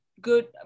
good